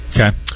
Okay